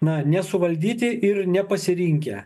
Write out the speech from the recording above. na nesuvaldyti ir nepasirinkę